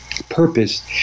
purpose